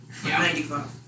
95